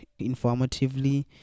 informatively